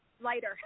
lighter